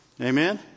Amen